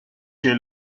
que